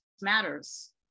matters